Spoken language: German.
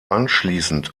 anschließend